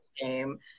game